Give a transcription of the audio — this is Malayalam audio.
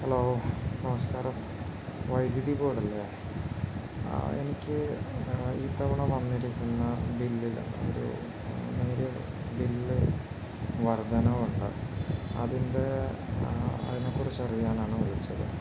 ഹലോ നമസ്കാരം വൈദ്യുതി ബോർഡല്ലേ എനിക്ക് ഈ തവണ വന്നിരിക്കുന്ന ബില്ലിൽ ഒരു നേരിയ ബില്ല് വർദ്ധനവുണ്ട് അതിൻ്റെ അതിനെക്കുറിച്ച് അറിയാനാണ് വിളിച്ചത്